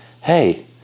hey